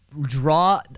draw